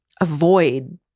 avoid